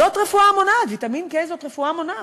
זאת רפואה מונעת, מתן ויטמין K זה רפואה מונעת.